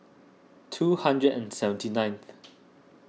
two hundred and seventy nineth